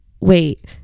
wait